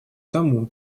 тому